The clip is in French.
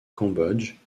cambodge